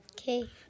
Okay